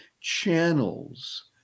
channels